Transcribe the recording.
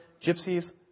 gypsies